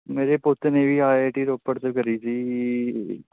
ਮੇਰੇ ਪੋਤੇ ਨੇ ਵੀ ਆਈ ਆਈ ਟੀ ਰੋਪੜ ਤੋਂ ਕਰੀ ਸੀ ਜੀ